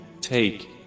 take